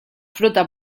fruta